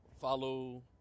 follow